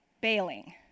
bailing